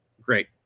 great